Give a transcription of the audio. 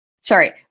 Sorry